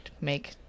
make